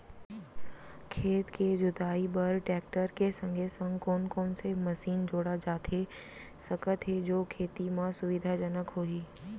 खेत के जुताई बर टेकटर के संगे संग कोन कोन से मशीन जोड़ा जाथे सकत हे जो खेती म सुविधाजनक होही?